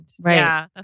Right